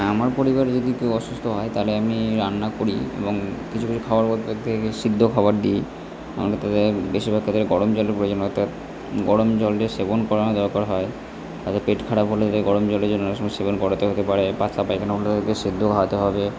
আমার পরিবারে যদি কেউ অসুস্থ হয় তাহলে আমি রান্না করি এবং কিছু কিছু খাবার সিদ্ধ খাবার দিই আমি তাদের বেশিরভাগ তাদের গরম জলের প্রয়োজন হয় অর্থাৎ গরম জলে সেবন করানো দরকার হয় তাদের পেট খারাপ হলে তাদের গরম জলে অনেক সময় সেবন করাতে হতে পারে পাতলা পায়খানা হলে তাদেরকে সেদ্ধ খাওয়াতে হবে